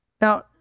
Now